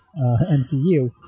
MCU